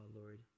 Lord